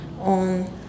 on